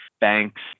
banks